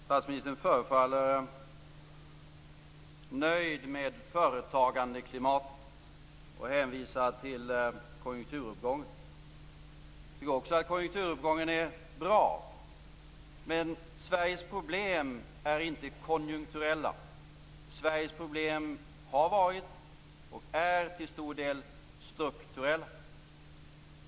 Herr talman! Statsministern förefaller nöjd med företagandeklimatet och hänvisar till konjunkturuppgången. Jag tycker också att konjunkturuppgången är bra. Men Sveriges problem är inte konjunkturella. Sveriges problem har varit och är till stor del strukturella.